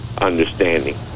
understanding